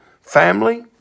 family